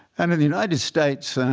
and in the united states